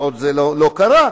וזה עוד לא קרה,